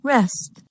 Rest